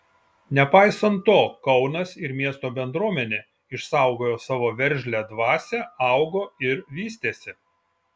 nepaisant to kaunas ir miesto bendruomenė išsaugojo savo veržlią dvasią augo ir vystėsi